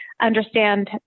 understand